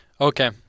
Okay